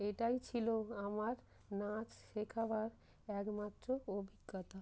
এটাই ছিলো আমার নাচ শেখা বা একমাত্র অভিজ্ঞতা